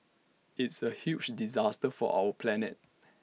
it's A huge disaster for our planet